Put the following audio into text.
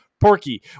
Porky